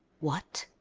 what?